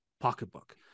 pocketbook